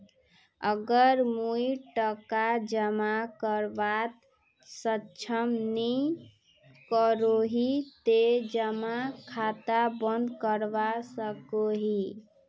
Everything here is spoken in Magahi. अगर मुई टका जमा करवात सक्षम नी करोही ते जमा खाता बंद करवा सकोहो ही?